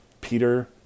Peter